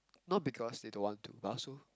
not because they don't want to but also